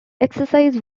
exercise